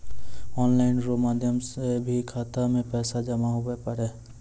online रो माध्यम से भी खाता मे पैसा जमा हुवै पारै